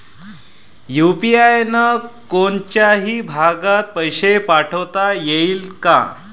UPI न कोनच्याही भागात पैसे पाठवता येईन का?